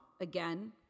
Again